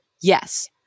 Yes